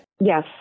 Yes